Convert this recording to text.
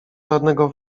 żadnego